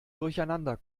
durcheinander